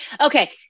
Okay